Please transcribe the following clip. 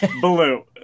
blue